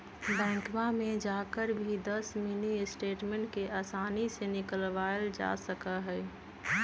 बैंकवा में जाकर भी दस मिनी स्टेटमेंट के आसानी से निकलवावल जा सका हई